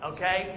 Okay